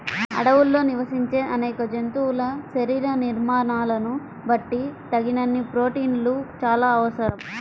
అడవుల్లో నివసించే అనేక జంతువుల శరీర నిర్మాణాలను బట్టి తగినన్ని ప్రోటీన్లు చాలా అవసరం